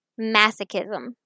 masochism